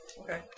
Okay